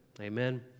amen